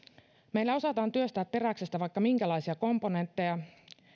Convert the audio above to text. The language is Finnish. meillä osataan työstää teräksestä vaikka minkälaisia komponentteja